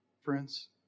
friends